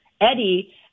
Eddie